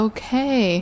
Okay